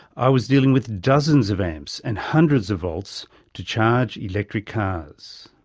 i was dealing with dozens of amps and hundreds of volts to charge electric cars.